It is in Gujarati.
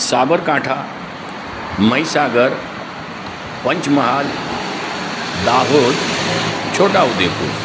સાબરકાંઠા મહીસાગર પંચમહાલ દાહોદ છોટાઉદેપુર